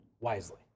wisely